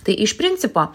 tai iš principo